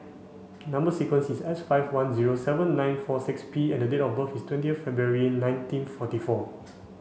number sequence is S five one zero seven nine four six P and date of birth is twenty February nineteen forty four